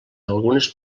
algunes